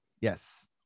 yes